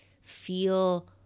feel